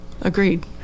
agreed